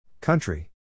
country